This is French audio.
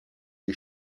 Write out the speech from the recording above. des